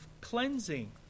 cleansing